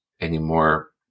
anymore